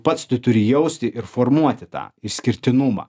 pats tu turi jausti ir formuoti tą išskirtinumą